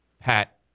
Pat